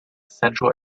central